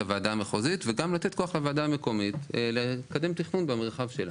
הוועדה המחוזית וגם לתת כוח לוועדה המקומית לקדם תכנון במרחב שלה.